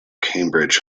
cambridge